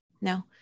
no